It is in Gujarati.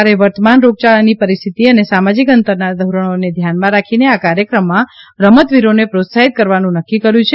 સરકારે વર્તમાન રોગયા ળાની પરિસ્થિતિ અને સામાજિક અંતરનાં ધોરણોને ધ્યાનમાં રાખીને આ કાર્યક્રમમાં રમતવીરોને પ્રોત્સાહિત કરવાનું નક્કી કર્યું છે